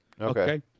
Okay